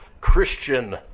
Christian